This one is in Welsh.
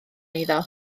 iddo